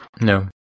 no